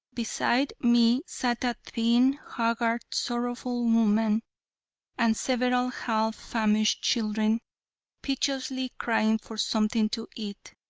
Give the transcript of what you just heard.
beside me sat a thin, haggard, sorrowful woman and several half-famished children piteously crying for something to eat.